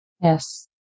Yes